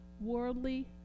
worldly